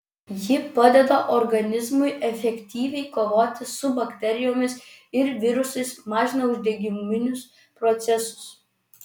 ji padeda organizmui efektyviai kovoti su bakterijomis ir virusais mažina uždegiminius procesus